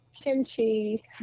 Kimchi